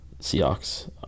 Seahawks